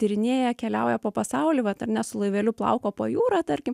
tyrinėja keliauja po pasaulį vat ar ne su laiveliu plauko po jūrą tarkim